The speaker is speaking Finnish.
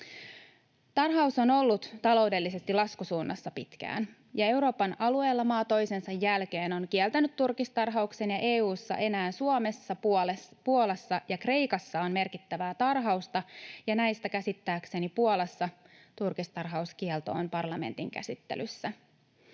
Tarhaus on ollut taloudellisesti laskusuunnassa pitkään. Euroopan alueella maa toisensa jälkeen on kieltänyt turkistarhauksen. EU:ssa enää Suomessa, Puolassa ja Kreikassa on merkittävää tarhausta, ja näistä käsittääkseni Puolassa turkistarhauskielto on parlamentin käsittelyssä.